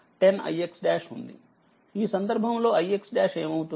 ఈ సందర్భంలో ix| ఏమవుతుంది